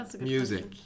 Music